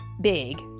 big